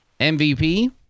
MVP